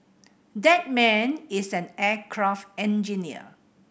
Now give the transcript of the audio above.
that man is an aircraft engineer